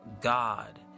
God